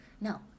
no